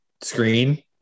screen